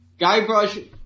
Guybrush